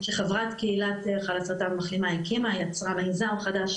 שחברת קהילה חלאסרטן מחלימה הקימה יצרה מיזם חדש